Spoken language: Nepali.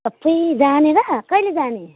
अपुइ जाने र कहिले जाने